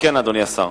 אדוני השר,